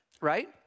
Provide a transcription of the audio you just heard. Right